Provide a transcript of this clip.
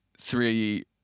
three